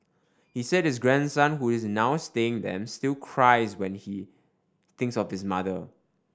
he said his grandson who is now staying them still cries when he thinks of his mother